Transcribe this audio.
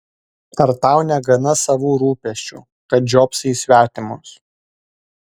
ar tau negana savų rūpesčių kad žiopsai į svetimus